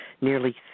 Nearly